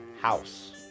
House